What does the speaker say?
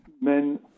men